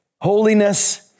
holiness